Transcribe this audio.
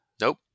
Nope